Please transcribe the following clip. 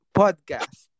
podcast